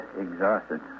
exhausted